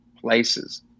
places